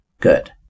Good